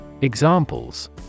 Examples